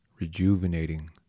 rejuvenating